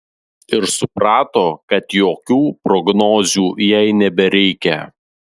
ir suprato kad jokių prognozių jai nebereikia